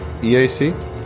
EAC